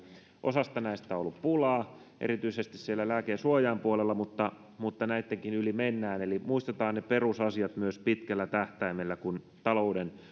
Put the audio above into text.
osasta näistä on ollut pulaa erityisesti lääke ja suojainpuolella mutta mutta näittenkin yli mennään eli muistetaan ne perusasiat myös pitkällä tähtäimellä kun talouden uudistuksia